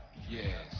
yeah!